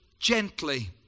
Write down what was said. gently